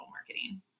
marketing